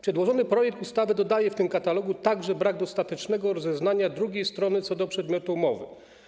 Przedłożony projekt ustawy dodaje w tym katalogu także brak dostatecznego rozeznania drugiej strony co do przedmiotu umowy.